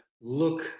look